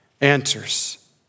answers